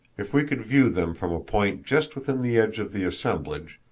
if we could view them from a point just within the edge of the assemblage,